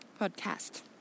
Podcast